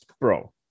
bro